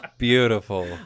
Beautiful